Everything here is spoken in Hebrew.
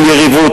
של יריבות,